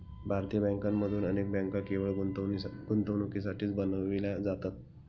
भारतीय बँकांमधून अनेक बँका केवळ गुंतवणुकीसाठीच बनविल्या जातात